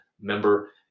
member